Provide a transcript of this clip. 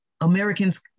Americans